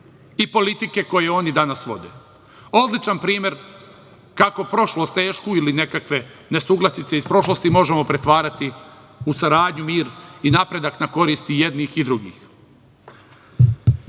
i politike koje oni danas vode. Odličan primer kako prošlost tešku ili nekakve nesuglasice iz prošlosti možemo pretvarati u saradnju, mir i napredak na korist i jednih i drugih. Šta